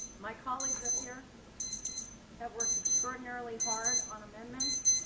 my colleagues appear have worked extraordinarily hard on amendments,